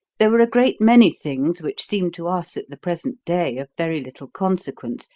there were a great many things which seem to us at the present day of very little consequence,